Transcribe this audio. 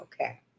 Okay